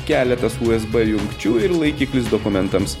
keletas usb jungčių ir laikiklis dokumentams